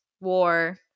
war